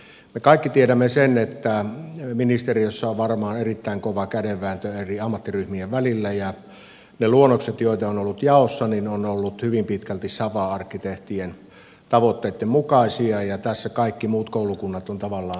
me kaikki tiedämme sen että ministeriössä on varmaan erittäin kova kädenvääntö eri ammattiryhmien välillä ja ne luonnokset joita on ollut jaossa ovat olleet hyvin pitkälti safa arkkitehtien tavoitteitten mukaisia ja tässä kaikki muut koulukunnat on tavallaan sivuutettu